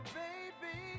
baby